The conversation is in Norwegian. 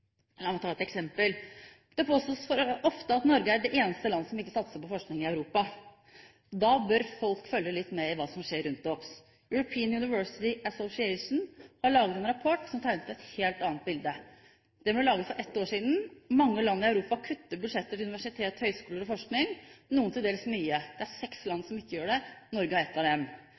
La meg ta et eksempel: Det påstås ofte at Norge er det eneste landet i Europa som ikke satser på forskning. Da bør folk følge litt med i hva som skjer rundt oss. European University Association har laget en rapport som tegner et helt annet bilde. Den ble laget for et år siden. Mange land i Europa kutter i budsjetter til universitet, høyskoler og forskning, noen til dels mye. Det er seks land som ikke gjør det, Norge er et av dem.